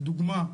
לדוגמה,